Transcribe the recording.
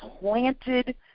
planted